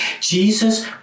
Jesus